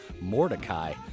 Mordecai